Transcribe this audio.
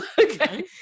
okay